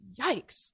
yikes